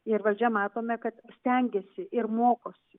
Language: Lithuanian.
ir valdžia matome kad stengiasi ir mokosi